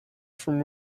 from